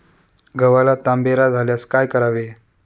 गव्हाला तांबेरा झाल्यास काय करावे?